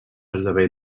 esdevé